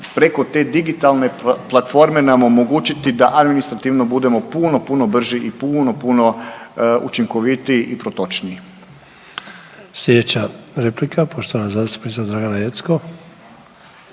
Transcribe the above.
preko te digitalne platforme nam omogućiti da administrativno budemo puno, puno brži i puno, puno učinkovitiji i protočniji. **Sanader, Ante (HDZ)** Sljedeća replika poštovana zastupnica Dragana Jeckov.